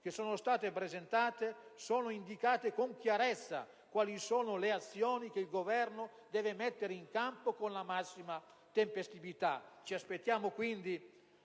le risoluzioni presentate sono indicate con chiarezza quali sono le azioni che il Governo deve mettere in campo con la massima tempestività. Ci aspettiamo quindi,